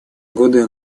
годы